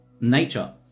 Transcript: Nature